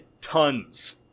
tons